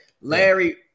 Larry